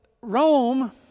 Rome